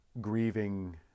grieving